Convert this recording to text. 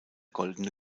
goldene